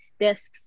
discs